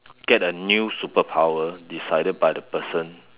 get a new superpower decided by the person